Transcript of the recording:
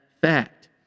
fact